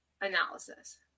analysis